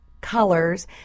colors